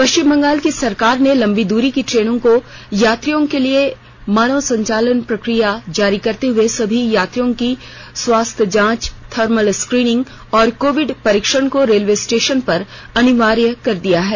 पष्चिम बंगाल की सरकार ने लंबी दूरी की ट्रेनों को यात्रियों के लिए मानक संचालन प्रक्रिया जारी करते हुए सभी यात्रियों की स्वास्थ्य जांच थर्मल स्क्रीनिंग और कोविड परीक्षण को रेलवे स्टेषन पर अनिवार्य कर दिया है